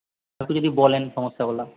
একটু যদি বলেন সমস্যাগুলো